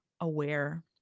aware